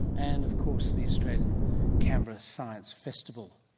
and of course the australian canberra science festival.